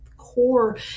core